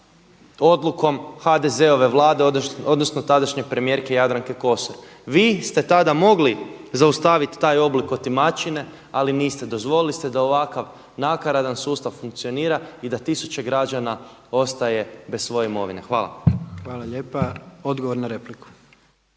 odlukom HDZ-ove Vlade odnosno tadašnje premijerke Jadranke Kosor. Vi ste tada mogli zaustaviti taj oblik otimačine ali niste. Dozvolili ste da ovakav nakaradan sustav funkcionira i da tisuće građana ostaje bez svoje imovine. Hvala. **Jandroković,